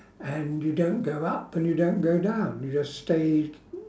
and you don't go up and you don't go down you just stayed